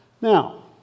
Now